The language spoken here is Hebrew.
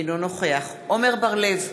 אינו נוכח עמר בר-לב,